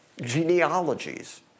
genealogies